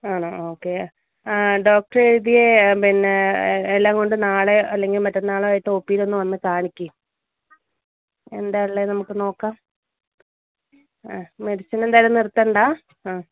ആണോ ഓക്കെ ആ ഡോക്ടറ് എഴുതിയ പിന്നെ എല്ലാം കൊണ്ട് നാളെ അല്ലെങ്കിൽ മറ്റന്നാളായിട്ടോ ഒ പി ലൊന്ന് വന്ന് കാണിക്ക് എന്താ ഉള്ളതെന്ന് നമുക്ക് നോക്കാം ആ മെഡിസിനെന്തായാലും നിര്ത്തേണ്ട ആ